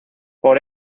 por